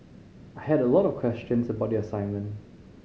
I had a lot of questions about the assignment